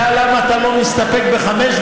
שאל: למה אתה לא מסתפק ב-5,